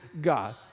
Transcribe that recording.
God